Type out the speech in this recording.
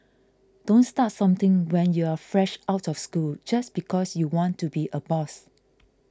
don't start something when you're fresh out of school just because you want to be a boss